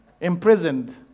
Imprisoned